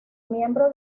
miembro